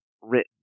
written